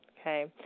okay